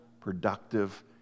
productive